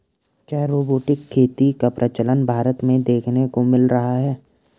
क्या रोबोटिक खेती का प्रचलन भारत में देखने को मिल रहा है?